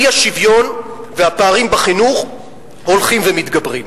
אי-השוויון והפערים בחינוך הולכים ומתגברים.